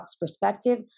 perspective